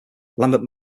lambert